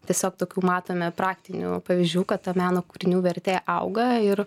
tiesiog tokių matome praktinių pavyzdžių kad ta meno kūrinių vertė auga ir